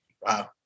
Wow